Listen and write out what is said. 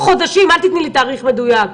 חודשים, אל תתני לי תאריך מדויק.